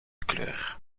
kleur